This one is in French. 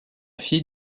fille